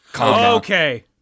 Okay